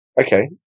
okay